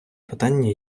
питання